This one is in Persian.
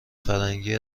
فرنگی